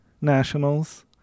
nationals